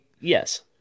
Yes